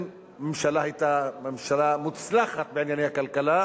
הממשלה היתה ממשלה מוצלחת בענייני הכלכלה,